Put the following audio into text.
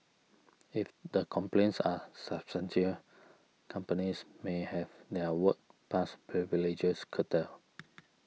if the complaints are companies may have their work pass privileges curtailed